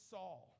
Saul